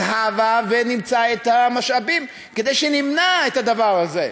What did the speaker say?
אז הבה ונמצא את המשאבים כדי שנמנע את הדבר הזה.